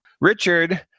Richard